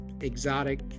exotic